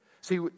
See